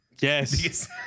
Yes